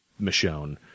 Michonne